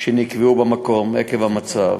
שנקבעו במקום עקב המצב: